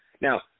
now